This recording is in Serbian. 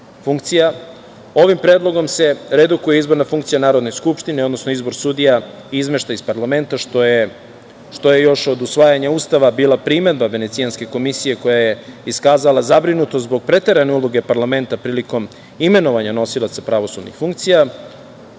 Ovim Predlogom se redukuje izborna funkcija Narodne skupštine, odnosno izbor sudija izmešta iz parlamenta, što je još od Usvajanja ustava bila primedba Venecijanske komisije koja je iskazala zabrinutost zbog preterane uloge parlamenta prilikom imenovanja nosilaca pravosudnih funkcija. Ono